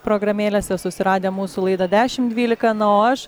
programėlėse susiradę mūsų laidą dešim dvylika na o aš